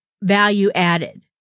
value-added